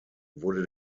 wurde